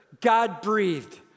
God-breathed